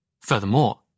Furthermore